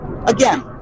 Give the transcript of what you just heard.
again